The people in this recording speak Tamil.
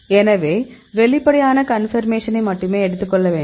எனவே வெளிப்படையான கன்பர்மேஷன்னை மட்டுமே எடுத்துக்கொள்ள வேண்டும்